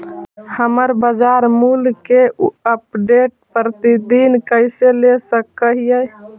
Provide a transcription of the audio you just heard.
हम बाजार मूल्य के अपडेट, प्रतिदिन कैसे ले सक हिय?